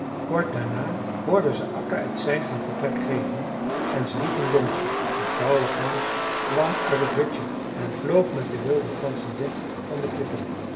kort daarna hoorden ze akka het sein van vertrek geven en ze riepen donsje de grauwe gans kwam uit het hutje en vloog met de wilde ganzen weg van de klippen